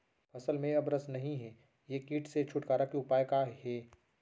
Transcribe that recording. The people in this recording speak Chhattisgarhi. फसल में अब रस नही हे ये किट से छुटकारा के उपाय का हे?